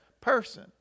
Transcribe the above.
person